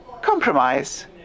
Compromise